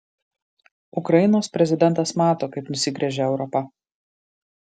ukrainos prezidentas mato kaip nusigręžia europa